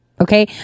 okay